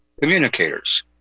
communicators